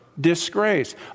disgrace